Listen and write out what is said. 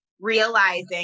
realizing